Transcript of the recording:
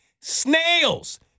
Snails